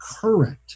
current